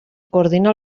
coordina